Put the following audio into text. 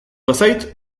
bazait